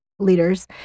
Leaders